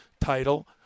title